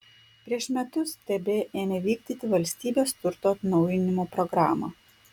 prieš metus tb ėmė vykdyti valstybės turto atnaujinimo programą